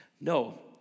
No